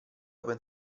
open